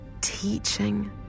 teaching